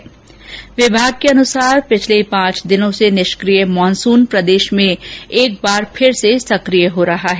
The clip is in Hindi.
मौसम विभाग के अनुसार पिछले पांच दिनों से निष्किय मानसून प्रदेश में एक बार फिर सकिय होने जा रहा है